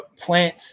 plant